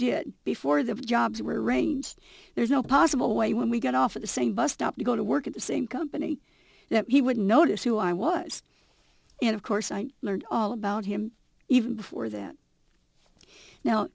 did before the jobs were arranged there's no possible way when we got off at the same bus stop to go to work at the same company he wouldn't notice who i was and of course i learned all about him even before that now